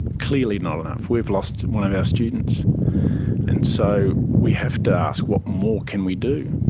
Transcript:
clearly not enough. we've lost one of our students and so we have to ask what more can we do.